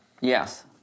Yes